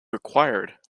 required